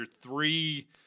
three